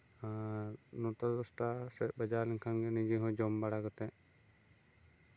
ᱮᱜ ᱱᱚᱴᱟ ᱫᱚᱥᱴᱟ ᱥᱮᱜ ᱵᱟᱡᱟᱣ ᱞᱮᱱᱠᱷᱟᱱ ᱜᱮ ᱱᱤᱡᱮ ᱦᱚᱸ ᱡᱚᱢ ᱵᱟᱲᱟ ᱠᱟᱛᱮᱜ